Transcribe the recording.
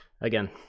again